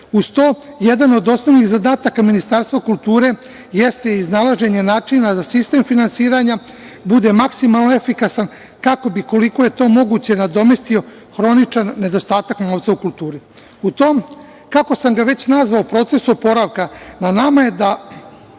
to, jedan od osnovnih zadataka Ministarstvo kulture jeste iznalaženje načina da sistem finansiranja bude maksimalno efikasan, kako bi, koliko je to moguće nadomestio hroničan nedostatak novca u kulturi.U tom, kako sam ga već nazvao proces oporavka, na nama je da,